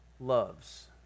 Loves